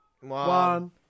One